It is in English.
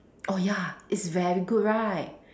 oh ya it's very good right